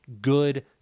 good